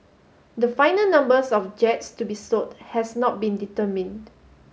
the final numbers of jets to be sold has not been determined